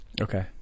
Okay